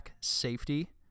safety